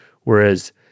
Whereas